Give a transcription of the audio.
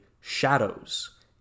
shadows